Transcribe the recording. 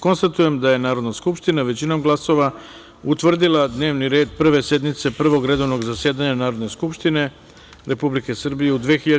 Konstatujem da je Narodna skupština, većinom glasova, utvrdila dnevni red Prve sednice Prvog redovnog zasedanja Narodne skupštine Republike Srbije u 2021. godini, u celini.